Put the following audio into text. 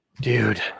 Dude